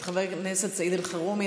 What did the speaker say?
את חבר הכנסת סעיד אלחרומי,